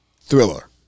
thriller